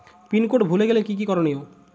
Pin code ভুলে গেলে কি কি করনিয়?